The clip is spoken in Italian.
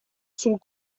sul